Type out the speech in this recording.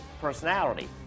personality